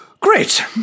Great